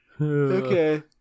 Okay